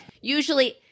Usually